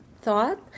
thought